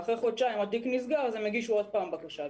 ואחרי חודשיים התיק נסגר והם הגישו שוב בקשה.